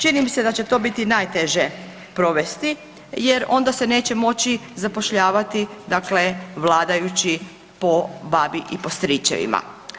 Čini mi se da će to biti najteže provesti, jer onda se neće moći zapošljavati dakle vladajući po babi i po stričevima.